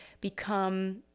become